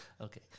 Okay